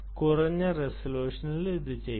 കുറഞ്ഞ റെസല്യൂഷനിൽ ഇത് ചെയ്യുക